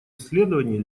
исследований